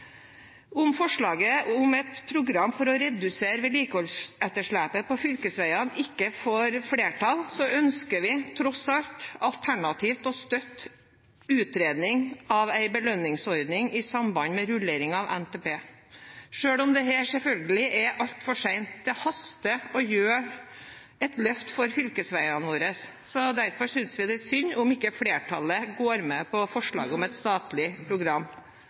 Om forslaget om et program for å redusere vedlikeholdsetterslepet på fylkesveiene ikke får flertall, ønsker vi tross alt alternativt å støtte utredning av en belønningsordning i samband med rullering av NTP – selv om dette selvfølgelig er altfor sent. Det haster å gjøre et løft for fylkesveiene våre. Derfor synes vi det er synd om ikke flertallet går med på forslaget om et statlig program.